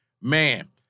man